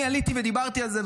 אני עליתי ודיברתי על זה,